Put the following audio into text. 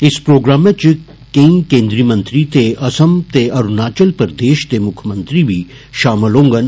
इस प्रोग्रामै च केई केन्द्री मंत्री ते असम ते अरुणाचल प्रदेष दे मुक्खमंत्री बी षामल होंगन